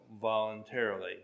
voluntarily